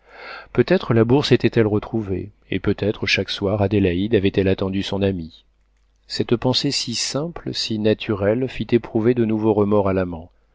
peut-être la bourse était-elle retrouvée et peut-être chaque soir adélaïde avait-elle attendu son ami cette pensée si simple si naturelle fit éprouver de nouveaux remords à l'amant il